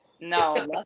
No